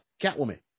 catwoman